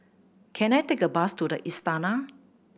can I take a bus to The Istana